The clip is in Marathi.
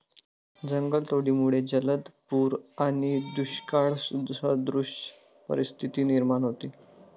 जंगलतोडीमुळे जलद पूर आणि दुष्काळसदृश परिस्थिती निर्माण होते